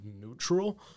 neutral